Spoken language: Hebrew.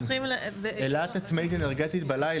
אילת עצמאית אנרגטית בלילה.